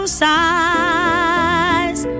sighs